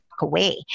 away